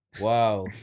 Wow